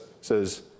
says